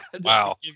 wow